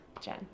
Jen